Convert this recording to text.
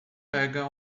pega